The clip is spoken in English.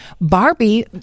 Barbie